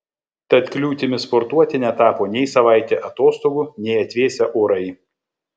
tad kliūtimi sportuoti netapo nei savaitė atostogų nei atvėsę orai